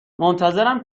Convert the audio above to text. منتظرم